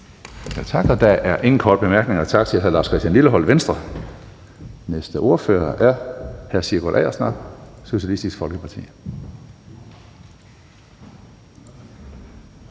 Tak. Der er ingen korte bemærkninger. Tak til hr. Lars Christian Lilleholt, Venstre. Næste ordfører er hr. Sigurd Agersnap, Socialistisk Folkeparti.